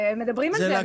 מדברים על זה,